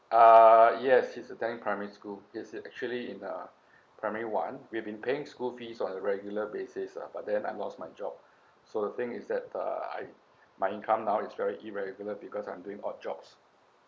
uh yes he's attending primary school he's actually in uh primary one we've been paying school fees on a regular basis ah but then I lost my job so the thing is that uh I my income now is very irregular because I'm doing odd jobs